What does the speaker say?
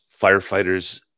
firefighters